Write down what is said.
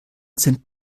sind